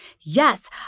Yes